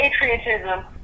patriotism